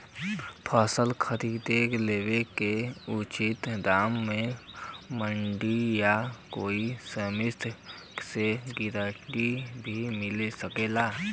फसल खरीद लेवे क उचित दाम में मंडी या कोई समिति से गारंटी भी मिल सकेला?